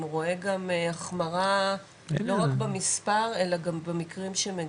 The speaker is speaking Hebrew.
אם הוא רואה החמרה לא רק במספר אלא גם במקרים שמגיעים?